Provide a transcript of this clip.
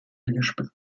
gesperrt